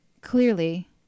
clearly